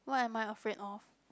what am I afraid of